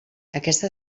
aquesta